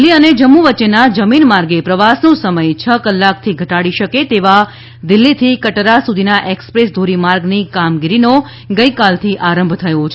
દિલ્હી અને જમ્મુ વચ્ચેના જમીન માર્ગે પ્રવાસનો સમય છ કલાકથી ઘટાડી શકે તેવા દિલ્હીથી કટરા સુધીના એક્સપ્રેસ ધોરીમાર્ગની કામગીરીનો ગઈકાલથી આરંભ થયો છે